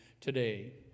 today